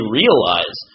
realize